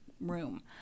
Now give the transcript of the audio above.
room